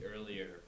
earlier